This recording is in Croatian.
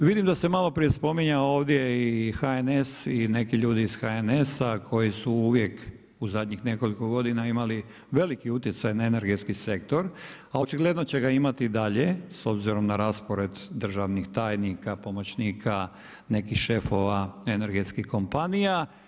Vidim da se malo prije spominjao ovdje i HNS i neki ljudi iz HNS-a koji su uvijek u zadnjih nekoliko godina imali veliki utjecaj na energetski sektor, a očigledno će ga imati i dalje s obzirom na raspored državnih tajnika, pomoćnika, nekih šefova energetskih kompanija.